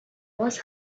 was